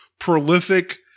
prolific